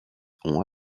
ont